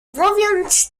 mówiąc